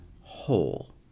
whole